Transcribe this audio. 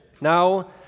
Now